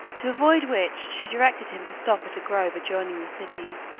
to avoid which she directed him to stop at a grove adjoining the city,